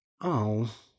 Oh